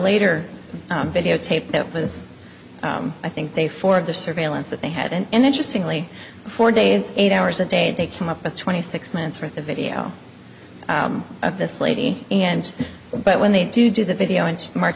later videotape that was i think day four of the surveillance that they had and interesting lee four days eight hours a day they come up with twenty six minutes worth of video of this lady and but when they do do the video it's march